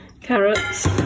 Carrots